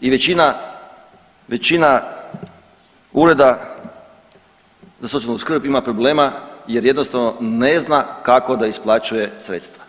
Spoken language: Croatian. i većina, većina ureda za socijalnu skrb ima problema jer jednostavno ne zna kako da isplaćuje sredstva.